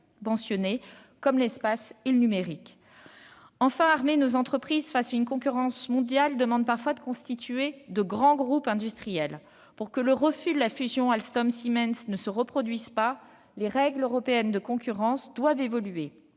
d'ailleurs dit vous-même. Enfin, pour armer nos entreprises face à la concurrence mondiale, il est parfois nécessaire de constituer de grands groupes industriels. Pour que le refus de la fusion Alstom-Siemens ne se reproduise pas, les règles européennes de concurrence doivent évoluer.